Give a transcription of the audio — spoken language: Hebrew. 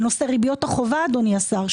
בנושא ריביות החובה אדוני השר,